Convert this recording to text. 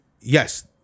Yes